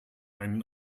einen